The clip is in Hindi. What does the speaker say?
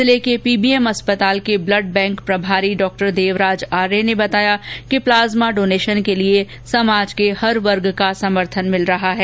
जिले के पीबीएम अस्पताल के ब्लड बैंक प्रभारी डॉक्टर देवराज आर्य ने बताया कि प्लाज्मा डोनेशन के लिए समाज के हर वर्ग का समर्थन मिल रहा है